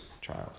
child